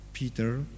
Peter